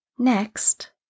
Next